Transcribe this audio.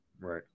right